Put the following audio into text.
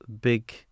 big